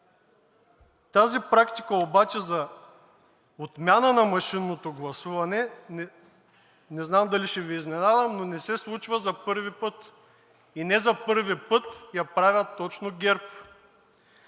Тази практика за отмяна на машинното гласуване, не знам дали ще Ви изненадам, но не се случва за първи път – не за първи път я правят точно ГЕРБ.